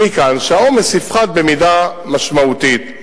ומכאן שהעומס יפחת במידה משמעותית.